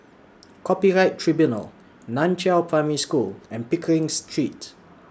Copyright Tribunal NAN Chiau Primary School and Pickering Street